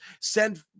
send